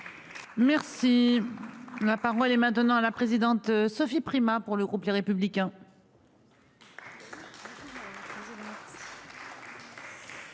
Merci. La paroi les maintenant à la présidente, Sophie Primas. Pour le groupe Les Républicains.